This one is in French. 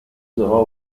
sera